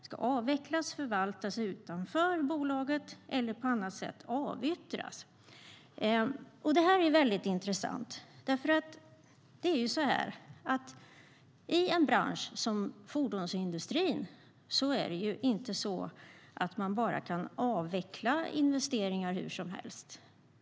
ska avvecklas, förvaltas utanför Fouriertransform . eller avyttras". Det här är väldigt intressant. I en bransch som fordonsindustrin kan man inte avveckla investeringar hur som helst.